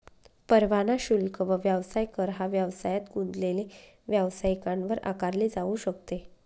परवाना शुल्क व व्यवसाय कर हा व्यवसायात गुंतलेले व्यावसायिकांवर आकारले जाऊ शकते